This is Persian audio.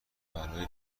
برای